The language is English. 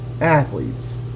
athletes